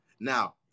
now